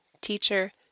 teacher